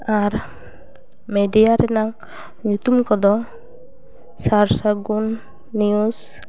ᱟᱨ media ᱨᱮᱱᱟᱝ ᱧᱩᱛᱩᱢ ᱠᱚᱫᱚ ᱥᱟᱨᱥᱟᱹᱜᱩᱱ ᱱᱤᱭᱩᱥ